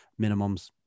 minimums